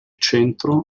centro